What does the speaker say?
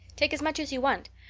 take as much as you want.